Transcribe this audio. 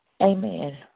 Amen